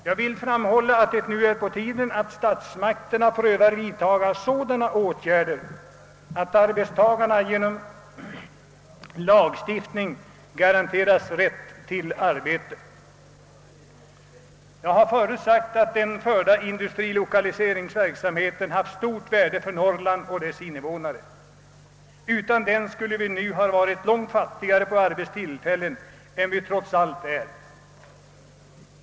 Jag vill framhålla, att det nu är på tiden att statsmakterna prövar sådana åtgärder att arbetstagarna genom lagstiftning garanteras rätt till arbete. Jag har förut erinrat om att den förda industrilokaliseringsverksamheten haft stort värde för Norrland och dess invånare. Utan den skulle vi nu ha varit långt fattigare på arbetstillfällen än vi trots allt är.